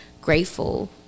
grateful